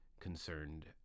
concerned